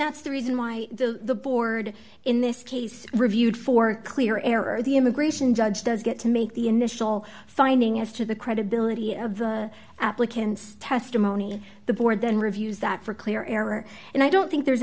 that's the reason why the board in this case reviewed for a clear error the immigration judge does get to make the initial finding as to the credibility of the applicant's testimony the board then reviews that for clear error and i don't think there's